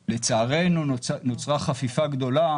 לצערנו, נוצרה חפיפה גדולה